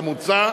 כמוצע.